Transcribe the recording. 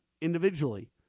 individually